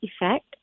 effect